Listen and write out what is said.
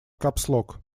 капслок